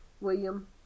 William